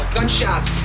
Gunshots